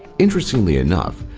interestingly enough,